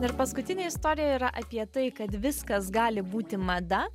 ir paskutinė istorija yra apie tai kad viskas gali būti mada